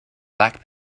black